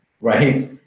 right